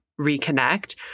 reconnect